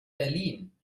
berlin